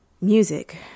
music